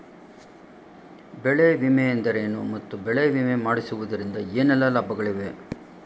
ಬೆಳೆ ವಿಮೆ ಎಂದರೇನು ಮತ್ತು ಬೆಳೆ ವಿಮೆ ಮಾಡಿಸುವುದರಿಂದ ಏನೆಲ್ಲಾ ಲಾಭಗಳಿವೆ?